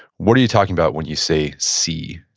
what are you talking about when you say see?